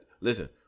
listen